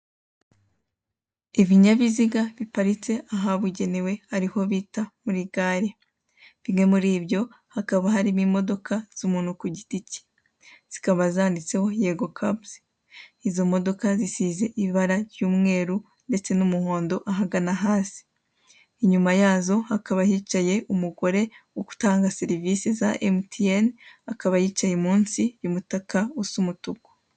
Ibinyabiziga biparitse ahabugenewe aroho bita muri gare. Bimwe muri iyo hakaba harimo imodoka z'umuntu ku giti cye, zikaba zanditseho yego kabusi, izo mudoka zisize ibara ry'umweru ndetse n'umuhondo ahagana hasi, inyuma yazo hakaba hicaye umugore uri gutanga serivise za emutiyeni ( MTN) akaba yicaye munsi y'umutaka usa umutuku.